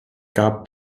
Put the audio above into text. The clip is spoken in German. gab